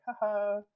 haha